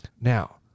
Now